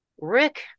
Rick